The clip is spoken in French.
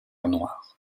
noire